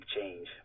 change